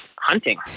hunting